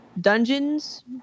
dungeons